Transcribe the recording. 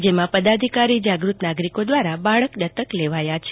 જેમા પદાધિકારીજાગૃ ત નાગરિકો દ્રારા બાળક દત્તક લેવાયા છે